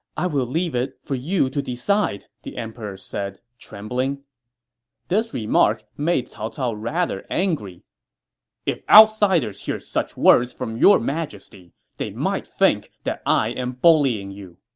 i will leave it for you to decide, the emperor said, trembling this remark made cao cao rather angry if outsiders hear such words from your majesty, they might think i am bullying you!